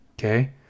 okay